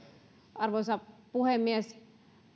arvoisa puhemies